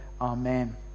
amen